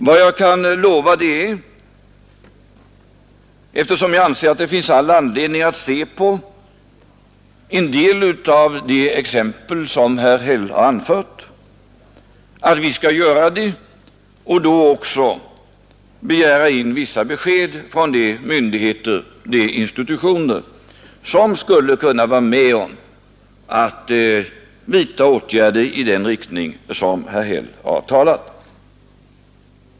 Vad jag kan lova är, eftersom jag anser att det finns all anledning att se på en del av de exempel som herr Häll har anfört, att vi skall göra det, och då också begära in vissa besked från de myndigheter och de institutioner, som skulle kunna vara med om att vidta åtgärder i den riktning som herr Häll har talat om.